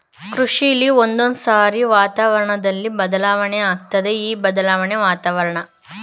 ಕೃಷಿಲಿ ಒಂದೊಂದ್ಸಾರಿ ವಾತಾವರಣ್ದಲ್ಲಿ ಬದಲಾವಣೆ ಆಗತ್ತೆ ಈ ಬದಲಾಣೆನ ವಾತಾವರಣ ಬದ್ಲಾವಣೆ ಅಂತಾರೆ